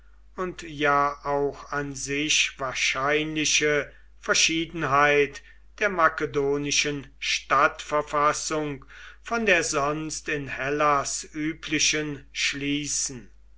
und ja auch an sich wahrscheinliche verschiedenheit der makedonischen stadtverfassung von der sonst in hellas üblichen schließen